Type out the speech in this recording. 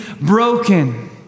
broken